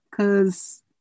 Cause